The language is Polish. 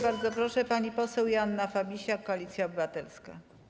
Bardzo proszę, pani poseł Joanna Fabisiak, Koalicja Obywatelska.